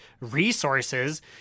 resources